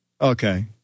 Okay